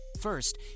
First